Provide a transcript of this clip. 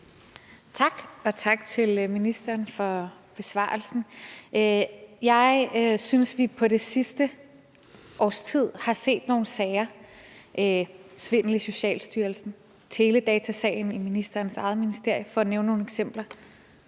Tak, og tak til ministeren for besvarelsen. Jeg synes, at vi det sidste års tid har set nogle sager – svindel i Socialstyrelsen, teledatasagen i ministerens eget ministerie, for at nævne nogle eksempler